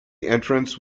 entrance